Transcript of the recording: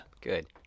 Good